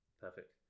Perfect